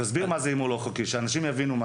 תסביר מה זה הימור לא חוקי כדי שאנשים יבינו.